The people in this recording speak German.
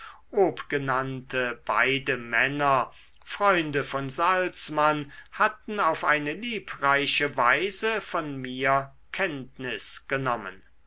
obgenannte beide männer freunde von salzmann hatten auf eine liebreiche weise von mir kenntnis genommen